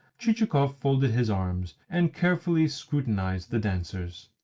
chichikov folded his arms, and carefully scrutinised the dancers.